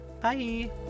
Bye